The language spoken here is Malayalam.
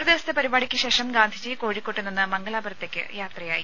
ഒരു ദിവസത്തെ പരിപാടിക്കുശേഷം ഗാന്ധിജി കോഴിക്കോട്ടുനിന്ന് മംഗലാപുരത്തേക്ക് യാത്രയായി